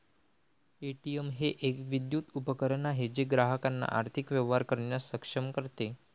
ATM हे एक विद्युत उपकरण आहे जे ग्राहकांना आर्थिक व्यवहार करण्यास सक्षम करते